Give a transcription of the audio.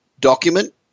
document